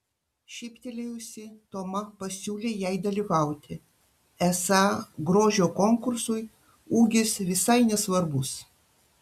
šyptelėjusi toma pasiūlė jai dalyvauti esą grožio konkursui ūgis visai nesvarbus